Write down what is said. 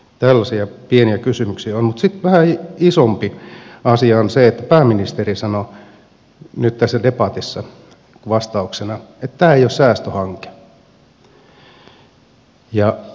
tällaisia pieniä kysymyksiä on mutta sitten vähän isompi asia on se että pääministeri sanoi nyt tässä debatissa vastauksena että tämä ei ole säästöhanke